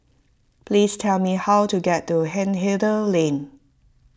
please tell me how to get to Hindhede Lane